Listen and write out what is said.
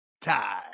Time